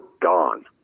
gone